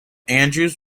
andrews